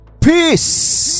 Peace